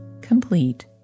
complete